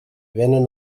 vénen